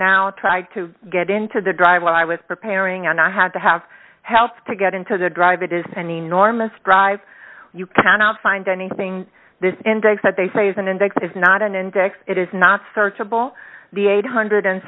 now tried to get into the dr when i was preparing and i had to have help to get into the dr it is an enormous drive you cannot find anything this index that they say is an index is not an index it is not searchable the eight hundred and